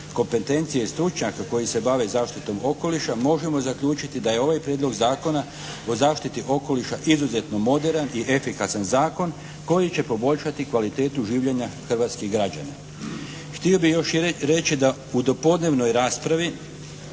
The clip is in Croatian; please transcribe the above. kompetencije i stručnjaka koji se bave zaštitom okoliša možemo zaključiti da je ovaj Prijedlog zakona o zaštiti okoliša izuzetno moderan i efikasan zakon koji će poboljšati kvalitetu življenja hrvatskih građana. Htio bih još reći da u dopodnevnoj raspravi